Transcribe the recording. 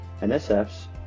NSF's